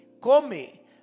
come